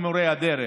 הכשרות למורי הדרך.